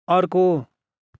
अर्को